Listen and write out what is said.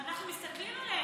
ואנחנו מסתכלים עליהם.